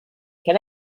can